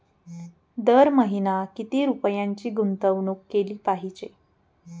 दर महिना किती रुपयांची गुंतवणूक केली पाहिजे?